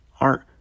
art